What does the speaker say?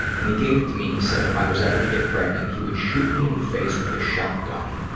when he gave it to me, he said if i was ever to get pregnant he would shoot me in the face with a shotgun.